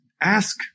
ask